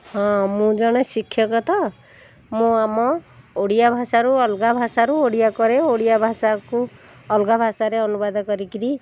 ହଁ ମୁଁ ଜଣେ ଶିକ୍ଷକ ତ ମୁଁ ଆମ ଓଡ଼ିଆ ଭାଷାରୁ ଅଲଗା ଭାଷାରୁ ଓଡ଼ିଆ କରେ ଓଡ଼ିଆ ଭାଷାକୁ ଅଲଗା ଭାଷାରେ ଅନୁବାଦ କରିକିରି